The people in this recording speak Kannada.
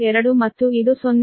2 ಮತ್ತು ಇದು 0